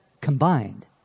combined